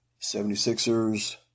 76ers